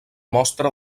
mostra